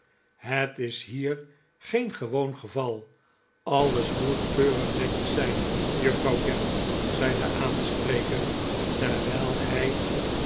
het is hier geen gewoon geval alles moet keurig netjes zijn juffrouw gamp zei de aanspreker terwijl hij